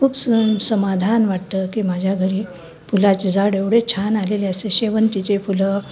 खूप स समाधान वाटतं की माझ्या घरी फुलाचे झाड एवढे छान आलेले असते शेवंतीचे फुलं